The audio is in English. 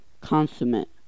Consummate